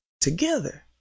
Together